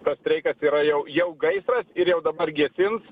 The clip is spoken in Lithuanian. tas streikas yra jau jau gaisras ir jau dabar gesins